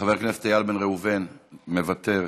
חבר הכנסת איל בן ראובן, מוותר.